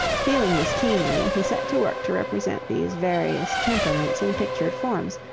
feeling this keenly, he set to work to represent these various temperaments in pictured forms,